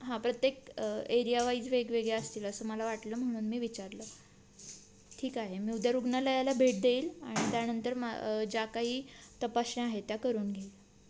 हां प्रत्येक area wise वेगवेगळे असतील असं मला वाटलं म्हणून मी विचारलं ठीक आहे मी उद्या रुग्णालयाला भेट देईल आणि त्यानंतर मा ज्या काही तपासण्या आहेत त्या करून घेईन